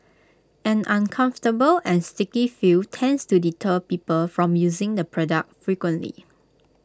an uncomfortable and sticky feel tends to deter people from using the product frequently